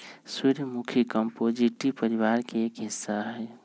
सूर्यमुखी कंपोजीटी परिवार के एक हिस्सा हई